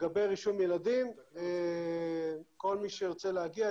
לגבי רישום ילדים כל מי שירצה להגיע,